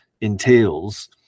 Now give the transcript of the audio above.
entails